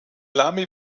lamy